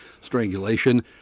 strangulation